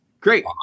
Great